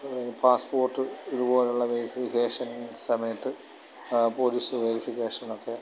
അതുപോലെ പാസ്പോർട്ട് ഇതുപോലെയുള്ള വെരിഫിക്കേഷൻ സമയത്ത് പോലീസ് വെരിഫിക്കേഷനൊക്കെ